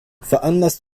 veranlasst